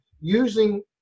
using